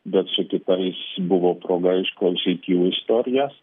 bet su kitais buvo proga išklausyti jų istorijas